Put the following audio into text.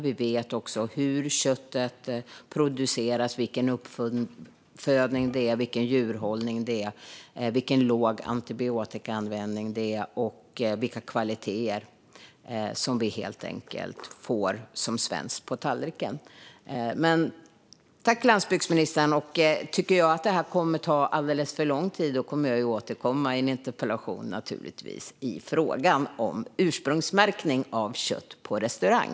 Vi vet också hur köttet produceras, vilken uppfödning det är, vilken djurhållning det är, vilken låg antibiotikaanvändning det är och vilka kvaliteter som vi får med svenskt på tallriken. Tack, landsbygdsministern! Om jag tycker att det kommer att ta alldeles för lång tid kommer jag att återkomma med en interpellation i frågan om ursprungsmärkning av kött på restaurang.